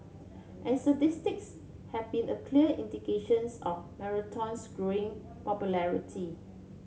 and statistics have been a clear indications of marathon's growing popularity